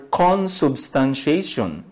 consubstantiation